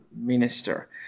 minister